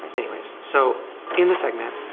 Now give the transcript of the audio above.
anyways so, in the segment,